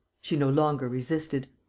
she no longer resisted.